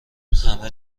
همه